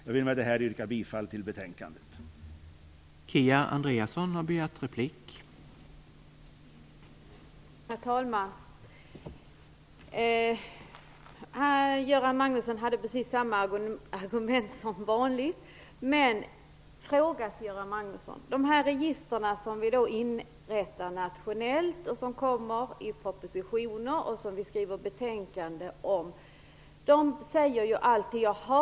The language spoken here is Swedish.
Jag vill med detta yrka bifall till utskottets hemställan.